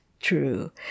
true